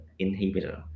inhibitor